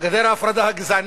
גדר ההפרדה הגזענית,